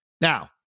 Now